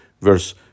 verse